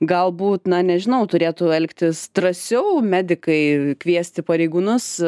galbūt na nežinau turėtų elgtis drąsiau medikai kviesti pareigūnus